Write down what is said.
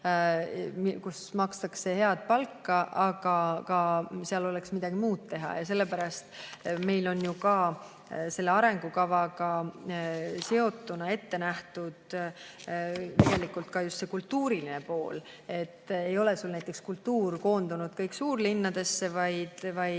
kus makstakse head palka, aga et seal oleks ka midagi muud teha. Sellepärast on meil ju ka selle arengukavaga seotult ette nähtud just see kultuuriline pool, et ei oleks näiteks kultuur koondunud kõik suurlinnadesse, vaid